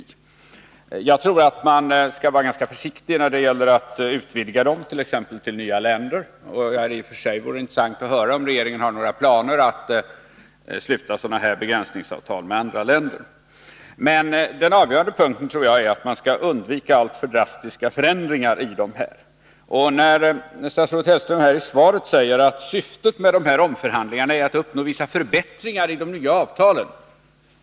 Men jag tror att man skall vara ganska försiktig med att utvidga dem, t.ex. till att omfatta nya länder. Det vore i och för sig intressant att höra om regeringen har några planer på att sluta sådana här begränsningsavtal med andra länder. Den avgörande punkten, tror jag, är att man skall undvika alltför drastiska förändringar i dessa avtal. Statsrådet Hellström säger i svaret att syftet med omförhandlingarna är att ”uppnå vissa förbättringar i de nya avtalen”.